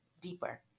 deeper